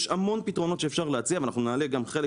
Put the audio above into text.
יש המון פתרונות שאפשר להציע ואנחנו נעלה גם חלק